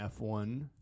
F1